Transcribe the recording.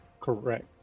correct